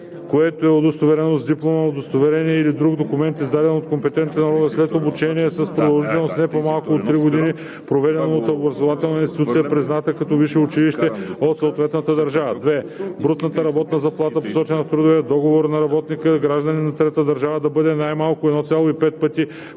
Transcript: което се удостоверява с диплома, удостоверение или друг документ, издаден от компетентен орган, след обучение с продължителност, не по-малка от три години, проведено от образователна институция, призната като висше училище от съответната държава; 2. брутната работна заплата, посочена в трудовия договор на работника – гражданин на трета държава, да бъде най-малко 1,5 пъти